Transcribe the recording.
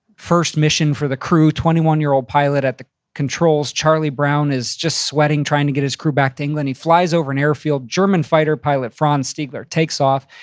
first mission for the crew, twenty one year old pilot at the controls. charlie brown is just sweating trying to get his crew back to england. he flies over an airfield. german fighter pilot, franz stiller takes off,